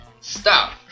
stop